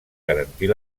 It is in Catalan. garantir